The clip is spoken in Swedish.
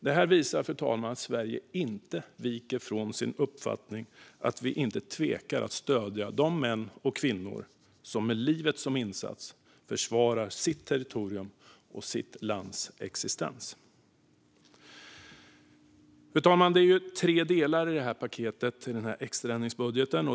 Detta visar att Sverige inte viker från sin uppfattning att utan tvekan stödja de män och kvinnor som med livet som insats försvarar sitt territorium och sitt lands existens. Fru talman! Det är tre delar i denna extra ändringsbudget.